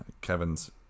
Kevin's